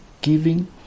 giving